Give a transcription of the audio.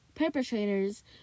Perpetrators